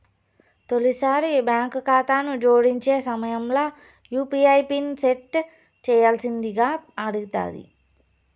తొలిసారి బాంకు కాతాను జోడించే సమయంల యూ.పీ.ఐ పిన్ సెట్ చేయ్యాల్సిందింగా అడగతాది